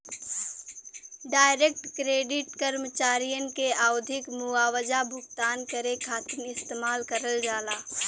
direct credit कर्मचारियन के आवधिक मुआवजा भुगतान करे खातिर इस्तेमाल करल जाला